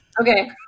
Okay